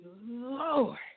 Lord